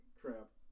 crap